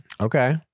okay